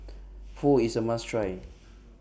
Pho IS A must Try